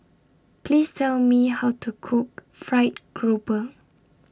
Please Tell Me How to Cook Fried Grouper